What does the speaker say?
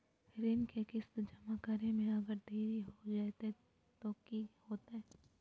ऋण के किस्त जमा करे में अगर देरी हो जैतै तो कि होतैय?